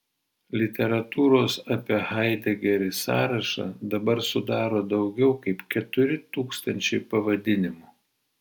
literatūros apie haidegerį sąrašą dabar sudaro daugiau kaip keturi tūkstančiai pavadinimų